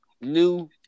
new